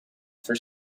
for